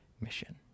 mission